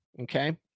Okay